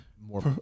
more